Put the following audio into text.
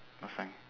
last time